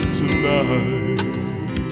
tonight